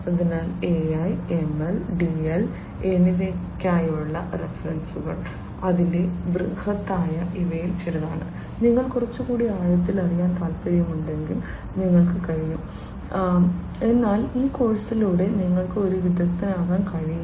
അതിനാൽ AI ML DL എന്നിവയ്ക്കായുള്ള റഫറൻസുകൾ അതിന്റെ ബൃഹത്തായ ഇവയിൽ ചിലതാണ് നിങ്ങൾക്ക് കുറച്ചുകൂടി ആഴത്തിൽ അറിയാൻ താൽപ്പര്യമുണ്ടെങ്കിൽ നിങ്ങൾക്ക് കഴിയും എന്നാൽ ഈ കോഴ്സിലൂടെ നിങ്ങൾക്ക് ഒരു വിദഗ്ദ്ധനാകാൻ കഴിയില്ല